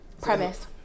premise